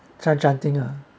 try chanting lah